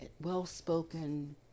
well-spoken